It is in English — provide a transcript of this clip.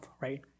right